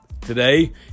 today